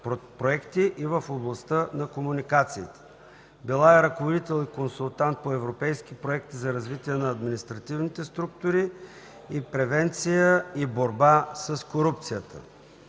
и в областта на комуникациите. Била е ръководител и консултант по европейски проекти за развитие на административните структури и превенция и борба с корупцията.